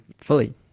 fully